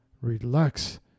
relax